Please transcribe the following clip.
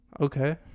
Okay